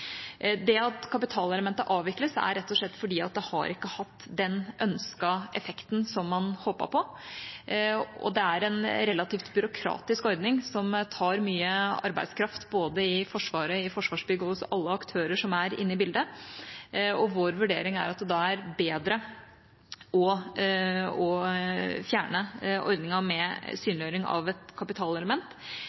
Det at kapitalelementet avvikles, er rett og slett fordi det ikke har hatt den ønskede effekten som man håpet på, og det er en relativt byråkratisk ordning som tar mye arbeidskraft både i Forsvaret, Forsvarsbygg og hos alle aktører som er inne i bildet. Vår vurdering er at det er bedre å fjerne ordningen med synliggjøring av et kapitalelement,